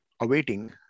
awaiting